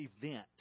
event